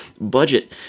budget